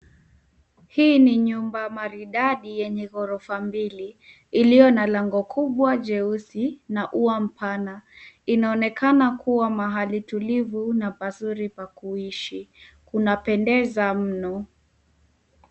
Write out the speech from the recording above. Hii ni nyumba maridadi yenye gorofa mbili, iliyo na lango kubwa jeusi na ua mpana. Inaonekana kuwa mahali tulivu na pazuri pa kuishi, kunapendeza mno.